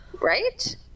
Right